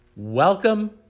Welcome